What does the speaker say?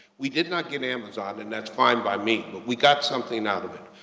we did not get amazon and that's fine by me. but we got something out of it.